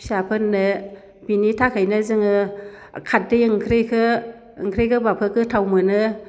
फिसाफोरनो बिनि थाखायनो जोङो खारदै ओंख्रिखो ओंख्रि गोबाबखो गोथाव मोनो